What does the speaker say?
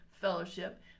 fellowship